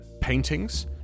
paintings